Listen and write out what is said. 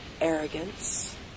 arrogance